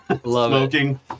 smoking